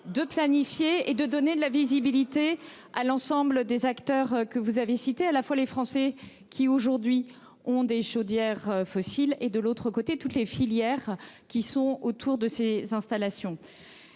de planifier, afin de donner de la visibilité à l'ensemble des acteurs que vous avez cités : d'une part, les Français qui, aujourd'hui, sont équipés de chaudières fossiles ; de l'autre, toutes les filières qui gravitent autour de ces installations.